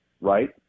right